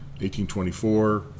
1824